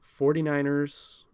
49ers